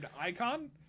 icon